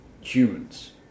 humans